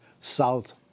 south